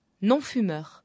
non-fumeur